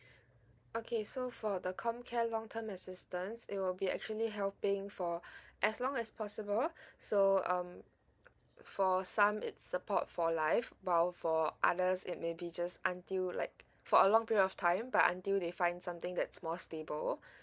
okay so for the com care long term assistance it will be actually helping for as long as possible so um for some it's support for life while for others it maybe just until like for a long period of time but until they find something that's more stable